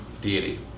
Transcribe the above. deity